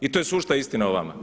I to je sušta istina o vama.